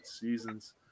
seasons